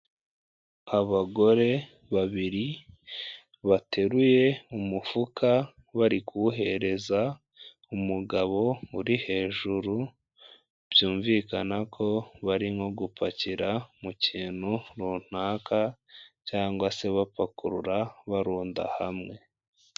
Abagore babiri bateruye umufuka bari kuwuhereza umugabo uri hejuru, byumvikana ko barimo gupakira mu kintu runaka cyangwa se bapakurura barunda hamwe.